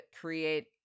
create